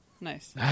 nice